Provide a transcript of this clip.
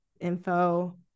info